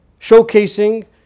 showcasing